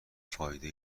فایده